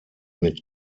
mit